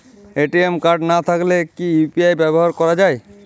ATM card না থাকলে কি ইউ.পি.আই ব্যবহার করা য়ায়?